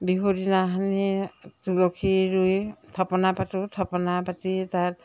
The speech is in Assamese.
বিহুৰ দিনাখনি তুলসী ৰুই থাপনা পাতোঁ থাপনা পাতি তাত